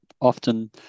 often